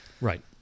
Right